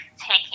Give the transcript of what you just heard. taking